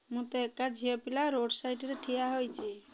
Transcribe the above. ମୁଁ ତ ଏକା ଝିଅ ପିଲା ରୋଡ଼୍ ସାଇଡ଼୍ରେ ଠିଆ ହୋଇଛି